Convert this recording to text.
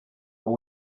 but